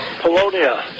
Polonia